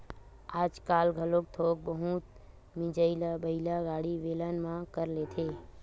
आजकाल घलोक थोक बहुत मिजई ल बइला गाड़ी, बेलन म कर लेथे